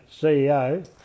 CEO